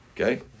Okay